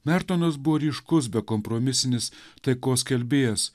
mertonas buvo ryškus bekompromisinis taikos skelbėjas